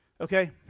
Okay